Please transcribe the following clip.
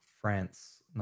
France